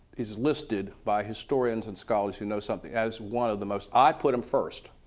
is listed by historians and scholars who know something as one of the most, i put him first,